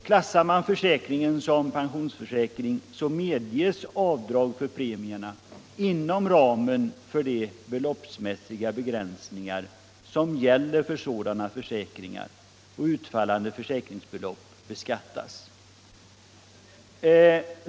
Klassar man försäkringen som P-försäkring, dvs. pensionsförsäkring, så medges avdrag för premierna inom ramen för de beloppsmässiga begränsningar som gäller för sådana försäkringar, och utfallande försäkringsbelopp beskattas.